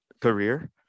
career